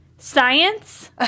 science